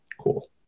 cool